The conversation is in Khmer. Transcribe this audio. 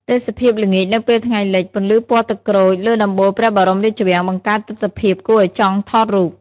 ទេសភាពល្ងាចនៅពេលថ្ងៃលិច ពន្លឺពណ៌ទឹកក្រូចលើដំបូលព្រះបរមរាជវាំង បង្កើតទិដ្ឋភាពគួរឲ្យចង់ថតរូប។